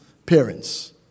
parents